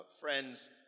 friends